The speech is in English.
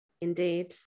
indeed